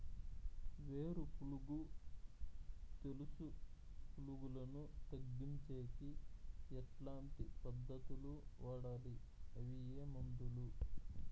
వేరు పులుగు తెలుసు పులుగులను తగ్గించేకి ఎట్లాంటి పద్ధతులు వాడాలి? అవి ఏ మందులు?